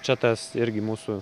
čia tas irgi mūsų